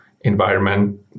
environment